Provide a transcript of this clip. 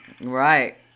Right